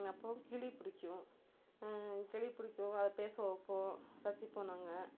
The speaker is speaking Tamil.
அப்புறம் கிளி பிடிக்கும் கிளி பிடிக்கும் அதை பேச வைப்போம் ரசிப்போம் நாங்கள்